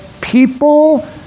people